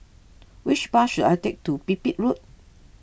which bus should I take to Pipit Road